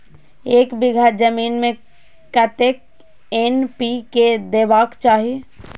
एक बिघा जमीन में कतेक एन.पी.के देबाक चाही?